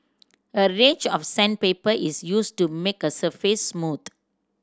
a range of sandpaper is used to make the surface smooth